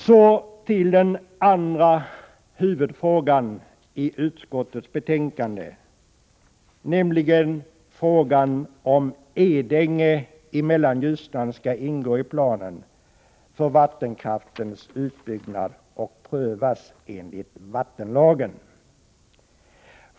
Så till den andra huvudfrågan i utskottets betänkande, nämligen från om Edänge i Mellanljusnan skall ingå i planen för vattenkraftens utbyggnad och prövas enligt vattenlagen.